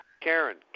Karen